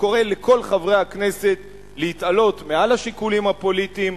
הוא קורא לכל חברי הכנסת להתעלות מעל השיקולים הפוליטיים,